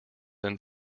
than